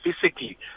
physically